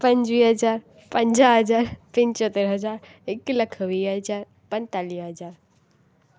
पंजवीह हज़ार पंजाह हज़ार पंजहतर हज़ार हिकु लखु वीह हज़ार पंजेतालीह हज़ार